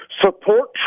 support